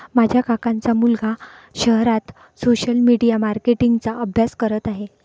माझ्या काकांचा मुलगा शहरात सोशल मीडिया मार्केटिंग चा अभ्यास करत आहे